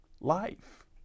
life